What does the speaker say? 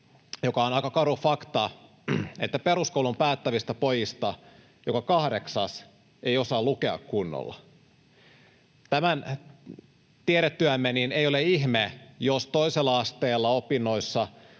mikä on aika karu fakta — että peruskoulun päättävistä pojista joka kahdeksas ei osaa lukea kunnolla. Tämän tietäen ei ole ihme, jos toisella asteella opinnoissa